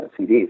CDs